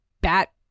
bat